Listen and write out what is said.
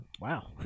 Wow